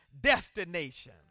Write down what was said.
destination